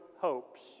hopes